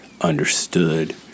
understood